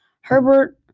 Herbert